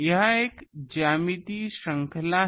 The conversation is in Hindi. यह एक ज्यामितीय श्रृंखला है